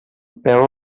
peu